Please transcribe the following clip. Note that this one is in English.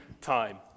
time